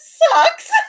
sucks